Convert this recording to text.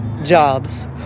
jobs